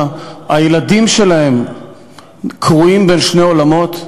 הילדים שלהם קרועים בין שני עולמות.